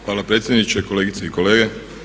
Hvala predsjedniče, kolegice i kolege.